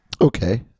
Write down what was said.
Okay